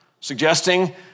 suggesting